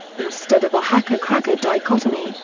instead of a hacker cracker dichotomy,